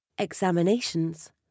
Examinations